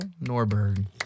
Norberg